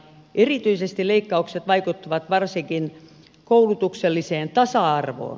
erityisesti leikkaukset vaikuttavat varsinkin koulutukselliseen tasa arvoon